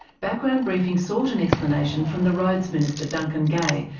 background briefing sought an explanation from the roads minister duncan gay,